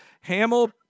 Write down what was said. Hamill